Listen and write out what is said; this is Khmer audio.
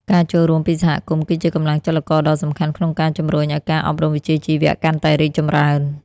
ការចូលរួមពីសហគមន៍គឺជាកម្លាំងចលករដ៏សំខាន់ក្នុងការជំរុញឱ្យការអប់រំវិជ្ជាជីវៈកាន់តែរីកចម្រើន។